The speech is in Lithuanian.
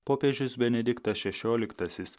popiežius benediktas šešioliktasis